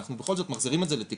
אנחנו בכל זאת מחזירים את זה לתיקון.